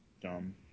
dumb